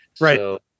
Right